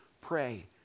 pray